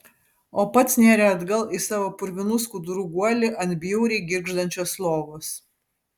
o pats nėrė atgal į savo purvinų skudurų guolį ant bjauriai girgždančios lovos